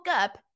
up